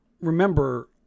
remember